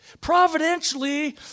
Providentially